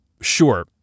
sure